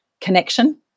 connection